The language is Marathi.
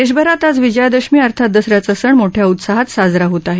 देशभरात आज विजयादशमी अर्थात दसऱ्याचा सण मोठ्या उत्साहात साजरा होत आहे